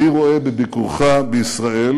אני רואה בביקורך בישראל